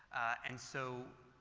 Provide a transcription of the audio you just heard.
and so,